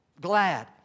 glad